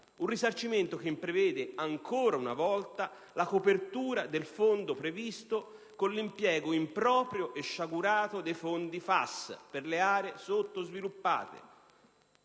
un risarcimento che prevede ancora una volta la copertura del fondo previsto con l'impiego improprio e sciagurato dei fondi FAS per le aree sottosviluppate.